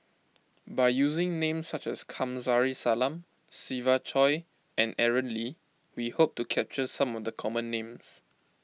by using names such as Kamsari Salam Siva Choy and Aaron Lee we hope to capture some of the common names